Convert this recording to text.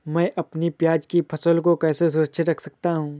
मैं अपनी प्याज की फसल को कैसे सुरक्षित रख सकता हूँ?